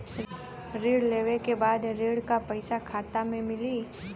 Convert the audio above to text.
ऋण लेवे के बाद ऋण का पैसा खाता में मिली?